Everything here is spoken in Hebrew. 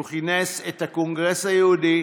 הוא כינס את הקונגרס היהודי